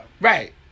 Right